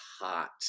hot